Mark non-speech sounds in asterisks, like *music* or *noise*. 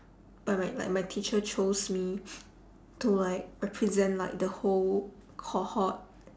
by my like my teacher chose me *noise* to like represent like the whole cohort